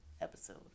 episode